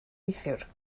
neithiwr